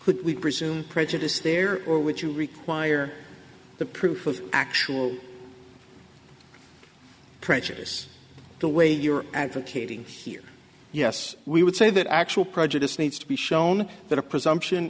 we presume prejudice there or would you require the proof of actual prejudice the way you're advocating here yes we would say that actual prejudice needs to be shown that a presumption